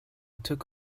took